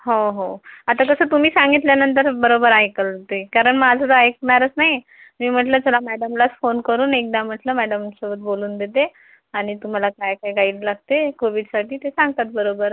हो हो आता कसं तुम्ही सांगितल्यानंतर बरोबर ऐकेल ते कारण माझं तर ऐकणारच नाही मी म्हटलं चला मॅडमलाच फोन करून एकदा म्हटलं मॅडमसोबत बोलून देते आणि तुम्हाला काय काय गाईड लागते कोविडसाठी ते सांगतात बरोबर